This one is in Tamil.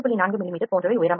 4 மிமீ போன்றவை உயரமாகும்